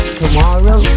tomorrow